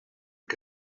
que